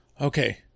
okay